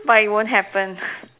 but it won't happen